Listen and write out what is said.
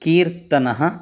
कीर्तनः